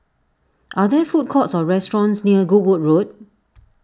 are there food courts or restaurants near Goodwood Road